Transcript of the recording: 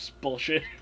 bullshit